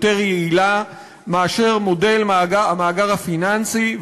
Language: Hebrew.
יותר יעילה מאשר מודל המאגר הפיננסי.